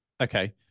okay